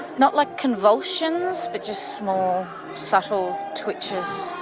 not like convulsions but just small subtle twitches.